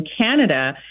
Canada